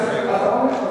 אתה עולה.